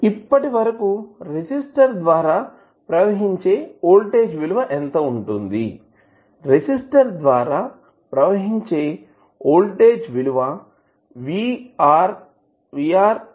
ఇప్పటివరకు రెసిస్టర్ ద్వారా ప్రవహించే వోల్టేజ్ విలువ ఎంత ఉంటుంది